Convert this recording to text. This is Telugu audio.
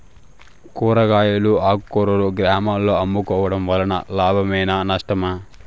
కూరగాయలు ఆకుకూరలు గ్రామాలలో అమ్ముకోవడం వలన లాభమేనా నష్టమా?